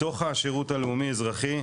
בתוך השירות הלאומי האזרחי,